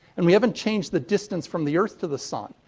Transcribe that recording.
and we haven't changed the distance from the earth to the sun.